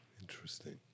Interesting